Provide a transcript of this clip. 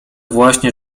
właśnie